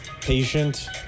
patient